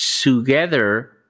together